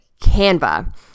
Canva